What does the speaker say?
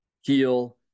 heal